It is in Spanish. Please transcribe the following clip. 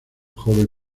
joven